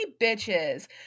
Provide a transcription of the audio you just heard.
bitches